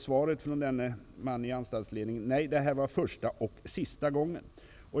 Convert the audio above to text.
Svaret från mannen i anstaltsledningen blev: Det här var första och sista gången.''